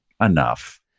enough